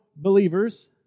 believers